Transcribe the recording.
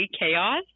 chaos